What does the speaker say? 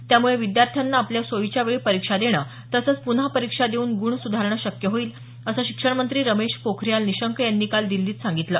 त्यामुळे विद्यार्थ्याना आपल्या सोयीच्या वेळी परीक्षा देणं तसंच पुन्हा परीक्षा देऊन गुण सुधारणं शक्य होईल असं शिक्षणमंत्री रमेश पोखरीयाल निशंक यांनी काल दिल्लीत सांगितलं